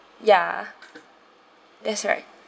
ya that's right